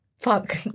Fuck